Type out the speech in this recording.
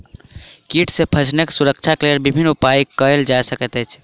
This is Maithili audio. कीट सॅ फसीलक सुरक्षाक लेल विभिन्न उपाय कयल जा सकै छै